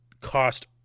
cost